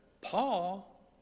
Paul